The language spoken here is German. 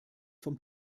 vom